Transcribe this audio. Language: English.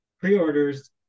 pre-orders